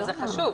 זה חשוב.